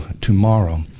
tomorrow